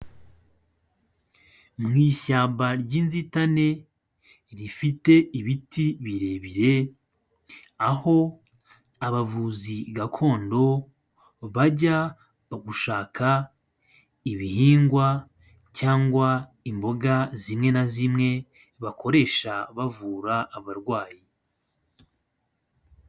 Mu ishyamba ry'inzitane rifite ibiti birebire aho abavuzi gakondo bajya gushaka ibihingwa cyangwa imboga zimwe na zimwe bakoresha bavura abarwayi.